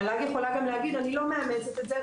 מל"ג גם יכולה להגיד: אני לא מאמצת את זה,